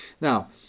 Now